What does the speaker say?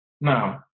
Now